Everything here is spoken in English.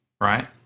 right